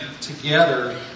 together